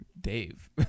Dave